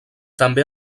també